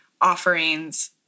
offerings